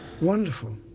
Wonderful